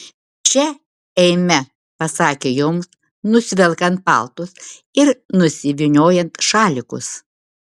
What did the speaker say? čia eime pasakė joms nusivelkant paltus ir nusivyniojant šalikus